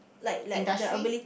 industry